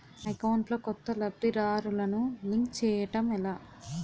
నా అకౌంట్ లో కొత్త లబ్ధిదారులను లింక్ చేయటం ఎలా?